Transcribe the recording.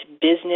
business